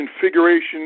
configuration